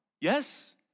Yes